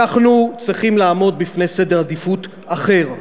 אנחנו צריכים לעמוד בפני סדר עדיפויות אחר,